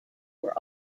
were